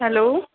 hello